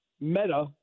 Meta